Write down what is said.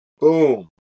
Boom